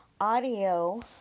audio